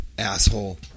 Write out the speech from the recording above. asshole